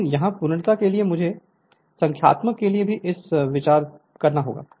लेकिन यहां पूर्णता के लिए मुझे संख्यात्मक के लिए भी इस पर विचार करना होगा